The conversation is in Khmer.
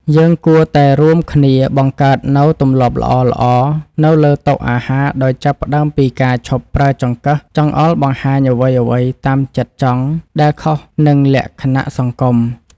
យើងគួរតែរួមគ្នាបង្កើតនូវទម្លាប់ល្អៗនៅលើតុអាហារដោយចាប់ផ្តើមពីការឈប់ប្រើចង្កឹះចង្អុលបង្ហាញអ្វីៗតាមចិត្តចង់ដែលខុសនឹងលក្ខណៈសង្គម។